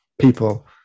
people